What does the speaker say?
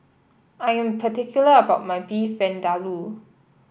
I am particular about my Beef Vindaloo